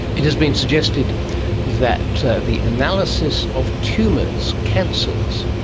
it has been suggested that the analysis of tumours, cancers,